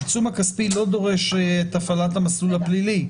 העיצום הכספי לא דורש את הפעלת המסלול הפלילי,